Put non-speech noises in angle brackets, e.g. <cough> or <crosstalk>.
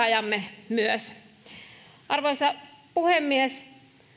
<unintelligible> ajamme myös arvoisa puhemies